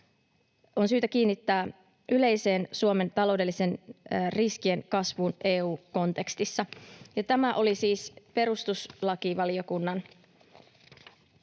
on syytä kiinnittää yleiseen Suomen taloudellisten riskien kasvuun EU-kontekstissa. Nämä olivat siis perustuslakivaliokunnan